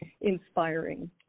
inspiring